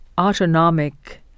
autonomic